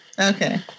okay